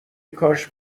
کاش